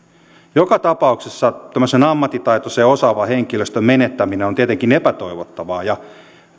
joka tapauksessa tämmöisen ammattitaitoisen ja osaavan henkilöstön menettäminen on tietenkin epätoivottavaa ja